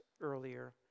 earlier